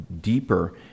deeper